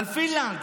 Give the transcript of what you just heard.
על פינלנד,